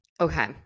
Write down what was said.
okay